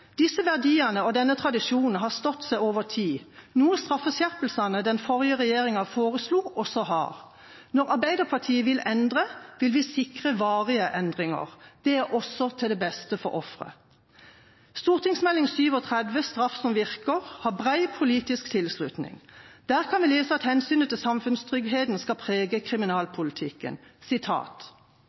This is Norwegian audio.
Disse verdiene og denne tradisjonen har stått seg over tid, noe straffeskjerpelsene den forrige regjeringa foreslo, også har. Når Arbeiderpartiet vil endre, vil vi sikre varige endringer. Det er også til det beste for offeret. St.meld. nr. 37 for 2007–2008, Straff som virker, har bred politisk tilslutning. Der kan vi lese at hensynet til samfunnstryggheten skal prege kriminalpolitikken: